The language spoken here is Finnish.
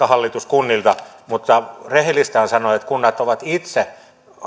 hallitus kunnilta mutta rehellistä on sanoa että kunnat ovat itse